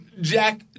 Jack